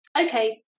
Okay